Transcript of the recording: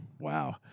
Wow